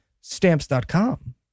stamps.com